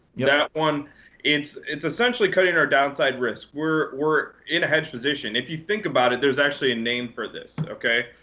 yeah. that one it's it's essentially cutting our downside risk. we're we're in a hedge position. if you think about it, there's actually a name for this, ok?